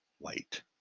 White